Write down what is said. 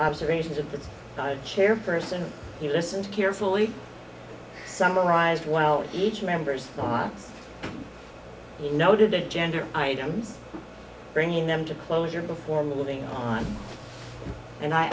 observations of the chairperson he listened carefully summarized well each member's thoughts he noted agenda items bringing them to closure before moving on and i